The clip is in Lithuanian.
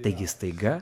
taigi staiga